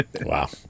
Wow